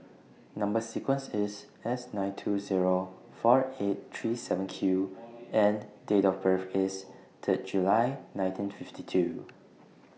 Number sequence IS S nine two Zero four eight three seven Q and Date of birth IS Third July nineteen fifty two